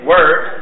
Word